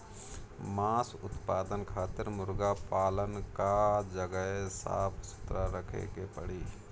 मांस उत्पादन खातिर मुर्गा पालन कअ जगह साफ सुथरा रखे के पड़ी